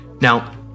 Now